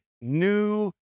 new